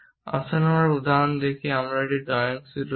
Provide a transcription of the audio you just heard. আসুন আমরা একটি উদাহরণ দেখি এখানে আমাদের একটি ড্রয়িং শীট রয়েছে